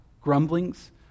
grumblings